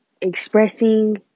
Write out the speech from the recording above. expressing